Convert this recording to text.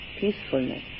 peacefulness